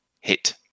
hit